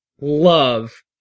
love